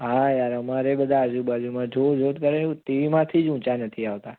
હા યાર અમારે બધાં આજુબાજુમાં જો જો જ કરે ટીવીમાંથી જ ઊંચા નથી આવતા